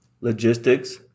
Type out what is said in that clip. logistics